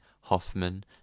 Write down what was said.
Hoffman